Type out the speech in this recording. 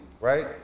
right